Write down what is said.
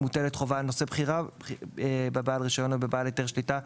מוטלת חובה על נושא בחירה בבעל רישיון או בבעל היתר שליטה,